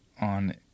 on